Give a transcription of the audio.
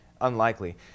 unlikely